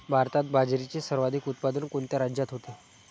भारतात बाजरीचे सर्वाधिक उत्पादन कोणत्या राज्यात होते?